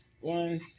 one